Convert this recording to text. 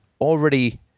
already